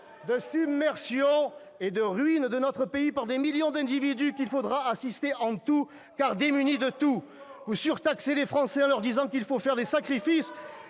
de submersion et de ruine de notre pays par des millions d'individus qu'il faudra assister en tout, car démunis de tout ! Menteur ! Vous surtaxez les Français en leur disant qu'il faut faire des sacrifices